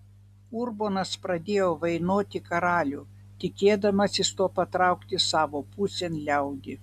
urbonas pradėjo vainoti karalių tikėdamasis tuo patraukti savo pusėn liaudį